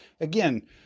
again